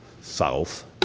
south